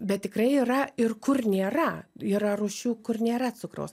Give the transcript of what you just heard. bet tikrai yra ir kur nėra yra rūšių kur nėra cukraus